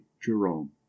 jerome